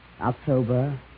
October